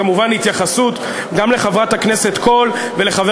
כמובן אתייחס גם לחברת הכנסת קול ולחבר